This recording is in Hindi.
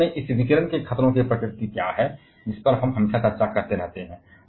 वास्तव में इस विकिरण के खतरों की प्रकृति क्या है जिस पर हम हमेशा चर्चा करते रहते हैं